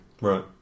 Right